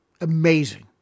Amazing